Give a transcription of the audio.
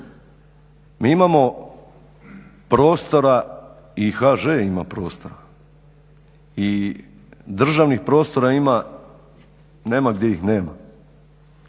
Mi imamo prostora, i HŽ ima prostora, i državnih prostora ima nema gdje ih nema.